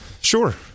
sure